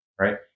Right